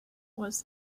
was